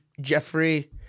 Jeffrey